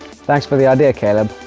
thanks for the idea caleb